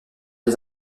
des